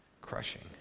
crushing